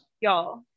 y'all